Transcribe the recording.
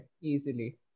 Easily